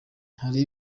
hari